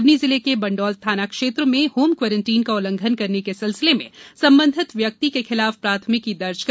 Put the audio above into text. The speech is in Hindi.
सिवनी जिले के बंडोल थाना क्षेत्र में होम क्वारेंटाइन का उल्लंघन करने के सिलसिले में संबंधित व्यक्ति के खिलाफ प्राथमिकी दर्ज कर ली गयी है